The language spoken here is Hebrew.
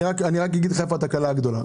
אני רק אומר לך איפה התקלה הגדולה.